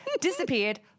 disappeared